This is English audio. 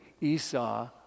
Esau